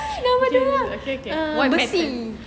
okay okay why metal